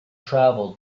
travel